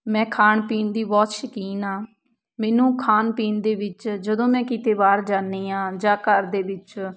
ਮੈਂ ਖਾਣ ਪੀਣ ਦੀ ਬਹੁਤ ਸ਼ੌਕੀਨ ਹਾਂ ਮੈਨੂੰ ਖਾਣ ਪੀਣ ਦੇ ਵਿੱਚ ਜਦੋਂ ਮੈਂ ਕਿਤੇ ਬਾਹਰ ਜਾਦੀ ਹਾਂ ਜਾਂ ਘਰ ਦੇ ਵਿੱਚ